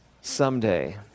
someday